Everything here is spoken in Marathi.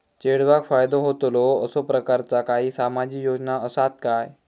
चेडवाक फायदो होतलो असो प्रकारचा काही सामाजिक योजना असात काय?